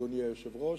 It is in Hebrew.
אדוני היושב-ראש,